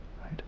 right